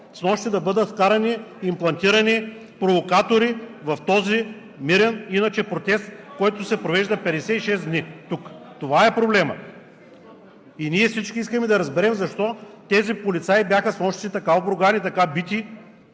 снощи да бъдат вкарани, имплантирани провокатори в този мирен иначе протест, който тук се провежда 56 дни. Това е проблемът. И ние всички искаме да разберем защо тези полицаи бяха снощи така обругани, така бити